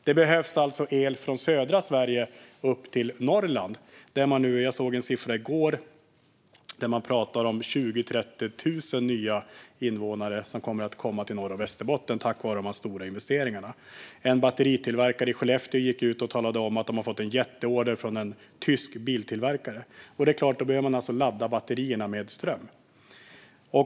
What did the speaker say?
Det behöver överföras el från södra Sverige upp till Norrland. Jag såg i går att man pratar om 20 000-30 000 nya invånare i Norr och Västerbotten, tack vare de stora investeringarna. En batteritillverkare i Skellefteå gick också ut och talade om att de har fått en jätteorder från en tysk biltillverkare. De kommer såklart att behöva ladda batterierna med ström.